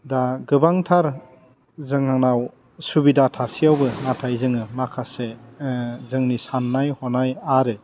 दा गोबांथार जोंनाव सुबिदा थासेआवबो नाथाय जोङो माखासे जोंनि सान्नाय हनाय आरो